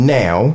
now